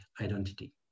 identity